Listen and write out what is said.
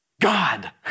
God